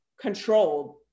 controlled